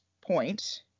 point